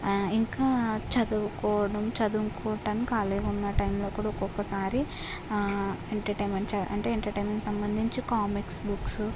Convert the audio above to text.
ఇంకా చదువుకోవడం చదువుకోవటం ఖాళీగా ఉండే టైమ్లో ఒక్కొక్కసారి ఎంటర్టైన్మెంట్ అంటే ఎంటర్టైన్మెంట్కి సంబంధించి కామిక్స్ బుక్స్